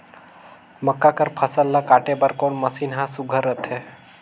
मक्का कर फसल ला काटे बर कोन मशीन ह सुघ्घर रथे?